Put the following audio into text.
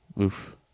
Oof